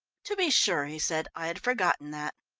to be sure, he said. i had forgotten that.